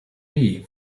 league